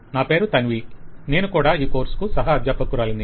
నా పేరు తన్వి నేను కూడా ఈ కోర్స్ కు సహా అధ్యాపకురాలిని